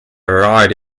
variety